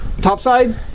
topside